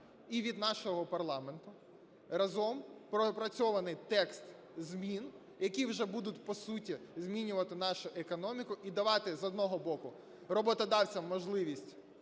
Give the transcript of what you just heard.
і від нашого парламенту разом пропрацьований текст змін, які вже будуть по суті змінювати нашу економіку і давати, з одного боку, роботодавцям можливість